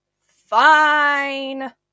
fine